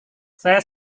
saya